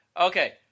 Okay